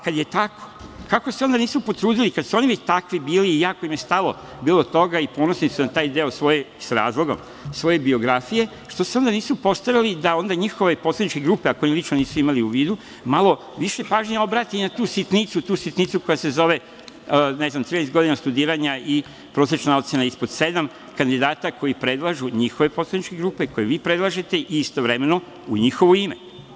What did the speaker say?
Kada je tako, kako se onda nisu potrudili, kada su oni takvi bili, i jako im je stalo do toga i ponosni su na taj deo, s razlogom, svoje biografije, što se onda nisu postarali da onda njihove poslaničke grupe, ako ih nisu lično imali u vidu, malo više pažnje obrate na tu sitnicu, tu sitnicu koja se zove, ne znam, 13 godina studiranja i prosečna ocena ispod sedam, kandidata koje predlažu njihove poslaničke grupe, koje vi predlažete i istovremeno u njihovo ime.